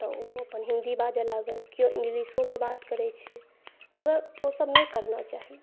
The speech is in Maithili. तऽ ओ अपन हिंदी बाजऽ लागल कियो इंग्लिशोमे बात करै छै मगर ओसभ नहि करना चाही